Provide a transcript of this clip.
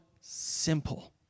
simple